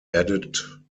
added